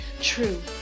true